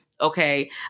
Okay